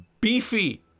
beefy